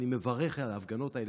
אני מברך על ההפגנות האלה,